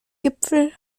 gipfel